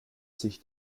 sich